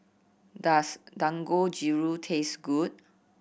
does Dangojiru taste good